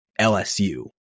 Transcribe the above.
LSU